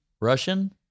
Russian